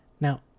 Now